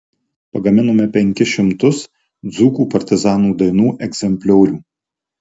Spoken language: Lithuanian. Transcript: pagaminome penkis šimtus dzūkų partizanų dainų egzempliorių